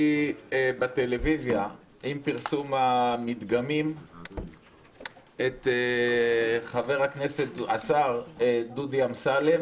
בטלוויזיה עם פרסום המדגמים את חבר הכנסת והשר דודי אמסלם